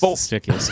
sticky